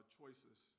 Choices